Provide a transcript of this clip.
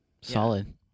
solid